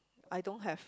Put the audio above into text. I don't have